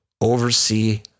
oversee